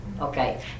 Okay